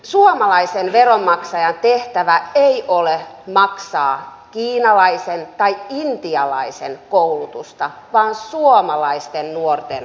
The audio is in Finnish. suomalaisen veronmaksajan tehtävä ei ole maksaa kiinalaisen tai intialaisen koulutusta vaan suomalaisten nuorten koulutusta